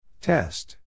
Test